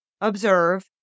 observe